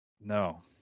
No